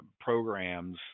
programs